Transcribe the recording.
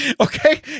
Okay